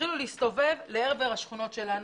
והתחילו להסתובב לעבר השכונות שלנו,